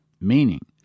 meaning